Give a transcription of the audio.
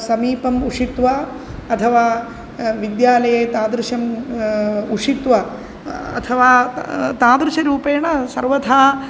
समीपम् उषित्वा अथवा विद्यालये तादृशम् उषित्वा अथवा तादृशरूपेण सर्वथा